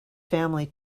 family